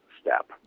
step